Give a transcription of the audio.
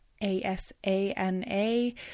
A-S-A-N-A